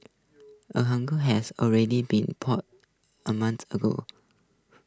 A hunger has already been plotted A month ago